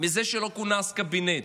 מזה שלא כונס קבינט,